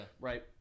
Right